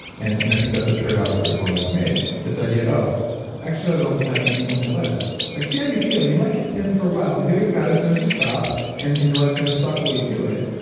and and i think that's a trade-off that we've always made. this idea exercise all the time and eat only lettuce. like see how you feel? you might get thin for a while. you'll get fat as soon as you stop and and your life is going to suck while you do it.